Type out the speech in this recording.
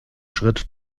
schritt